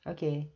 Okay